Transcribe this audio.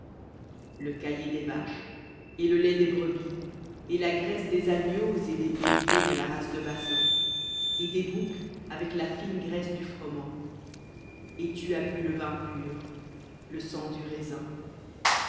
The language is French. le caillé des vaches et le lait des brebis et la graisse des agneaux et des béliers de la race de basan et des boucs avec la fine graisse du froment et tu as bu le vin pur le sang du raisin